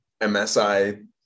MSI